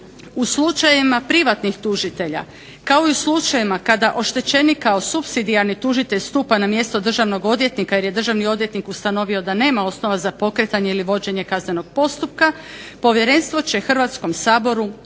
u slučajima privatnih tužitelja kao i slučajevima kada oštećenik kao supsidijarni tužitelj stupa na mjesto državnog odvjetnika jer je državni odvjetnik ustanovio da nema osnova za pokretanje ili vođenje kaznenog postupka, Povjerenstvo će Hrvatskom saboru